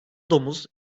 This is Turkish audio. domuz